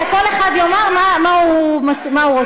כל אחד יאמר מה הוא רוצה.